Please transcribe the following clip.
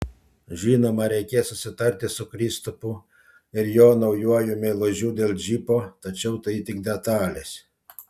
žinoma reikės susitarti su kristupu ir jo naujuoju meilužiu dėl džipo tačiau tai tik detalės